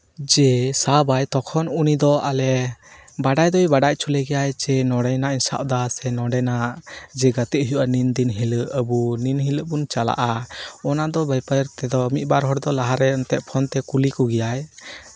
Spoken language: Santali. ᱡᱮ ᱥᱟᱵᱟᱭ ᱛᱚᱠᱷᱚᱱ ᱩᱱᱤ ᱫᱚ ᱞᱮ ᱵᱟᱰᱟᱭ ᱫᱚᱭ ᱵᱟᱰᱟᱭ ᱦᱚᱪᱚ ᱞᱮᱜᱮᱭᱟ ᱡᱮ ᱱᱚᱸᱰᱮᱱᱟᱜ ᱤᱧ ᱥᱟᱵᱫᱟ ᱥᱮ ᱱᱚᱸᱰᱮᱱᱟᱜ ᱡᱮ ᱜᱟᱛᱮᱜ ᱦᱩᱭᱩᱜᱼᱟ ᱱᱤᱱ ᱫᱤᱱ ᱦᱤᱞᱳᱜ ᱟᱵᱚ ᱱᱤᱱᱫᱤᱱ ᱦᱤᱞᱳᱜ ᱵᱚᱱ ᱪᱟᱞᱟᱜᱼᱟ ᱚᱱᱟᱫᱚ ᱵᱮᱯᱟᱨ ᱛᱮᱫᱚ ᱢᱤᱫ ᱵᱟᱨ ᱦᱚᱲ ᱫᱚ ᱞᱟᱦᱟᱨᱮ ᱮᱱᱛᱮᱫ ᱯᱷᱚᱱᱛᱮ ᱠᱩᱞᱤ ᱠᱚᱜᱮᱭᱟᱭ